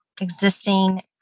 existing